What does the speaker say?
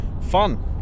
Fun